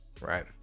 right